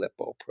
lipoprotein